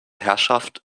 herrschaft